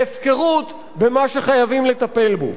והפקרות במה שחייבים לטפל בו.